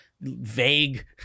vague